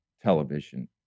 television